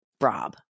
Rob